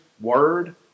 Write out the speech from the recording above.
word